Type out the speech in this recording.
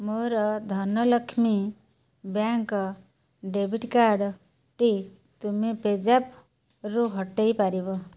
ମୋର Dhanlaxmi bank debit କାର୍ଡ଼ଟି ତୁମେ ପେଜାପ୍ରୁ ହଟେଇ ପାରିବ